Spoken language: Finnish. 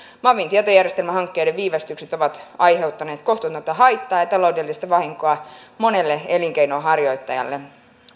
mavin tietojärjestelmähankkeiden viivästykset ovat aiheuttaneet kohtuutonta haittaa ja taloudellista vahinkoa monelle elinkeinonharjoittajalle